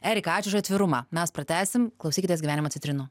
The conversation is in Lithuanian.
erika ačiū už atvirumą mes pratęsim klausykitės gyvenimo citrinų